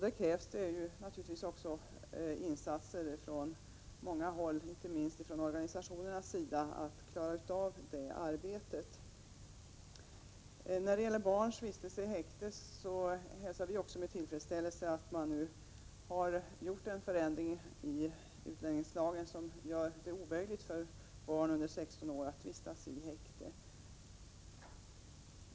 Det krävs naturligtvis också insatser från många håll — inte minst från organisationernas sida — för att klara av det arbetet. När det gäller barns vistelse i häkte hälsar vi också med tillfredsställelse att man nu har ändrat utlänningslagen så att det blir omöjligt att hålla barn under 16 år i häkte.